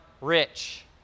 rich